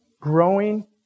growing